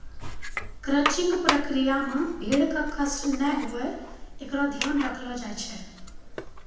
crutching प्रक्रिया मे भेड़ क कष्ट नै हुये एकरो ध्यान रखलो जाय छै